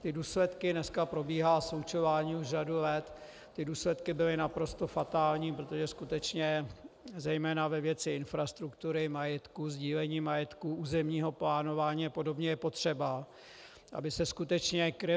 Ty důsledky, dneska probíhá slučování už řadu let, důsledky byly naprosto fatální, protože skutečně zejména ve věci infrastruktury, majetku, sdílení majetku, územního plánování apod. je potřeba, aby se skutečně kryly.